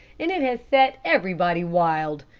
and it has set everybody wild.